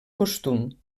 costum